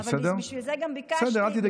אני מבינה, אבל בשביל זה גם ביקשתי תוספת.